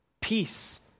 peace